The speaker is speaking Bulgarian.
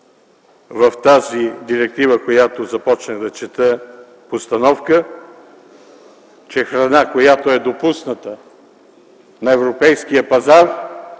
в тази директива, която започнах да чета, постановка, че храна, която е допусната на европейския пазар